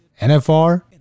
NFR